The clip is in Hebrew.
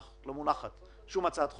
מונחת שום הצעת חוק,